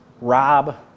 rob